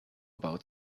about